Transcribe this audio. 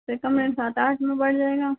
उससे कम में सात आठ में बैठ जाएगा